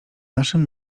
naszym